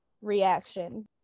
reaction